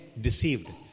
deceived